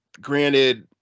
granted